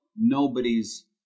Nobody's